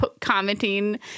commenting